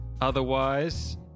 otherwise